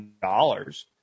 dollars